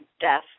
death